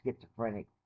schizophrenic